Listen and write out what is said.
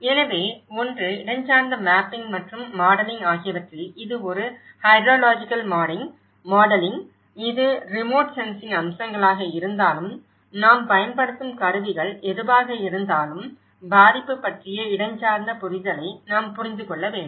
எனவே ஒன்று இடஞ்சார்ந்த மேப்பிங் மற்றும் மாடலிங் ஆகியவற்றில் இது ஒரு ஹைட்ரோலாஜிக்கல் மாடலிங் இது ரிமோட் சென்சிங் அம்சங்களாக இருந்தாலும் நாம் பயன்படுத்தும் கருவிகள் எதுவாக இருந்தாலும் பாதிப்பு பற்றிய இடஞ்சார்ந்த புரிதலை நாம் புரிந்து கொள்ள வேண்டும்